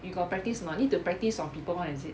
you got practice or not need to practice on people [one] is it